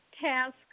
task